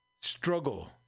struggle